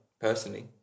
Personally